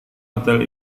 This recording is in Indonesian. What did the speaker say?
hotel